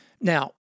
Now